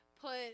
put